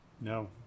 No